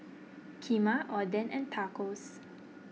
Kheema Oden and Tacos